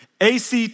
ACT